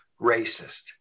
racist